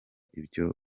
ibyo